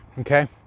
okay